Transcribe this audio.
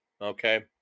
okay